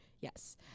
Yes